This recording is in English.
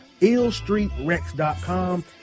IllStreetRex.com